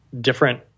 different